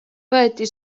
võeti